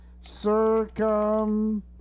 circum